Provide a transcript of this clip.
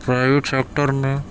private sector میں